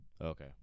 Okay